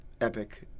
epic